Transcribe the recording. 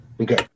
Okay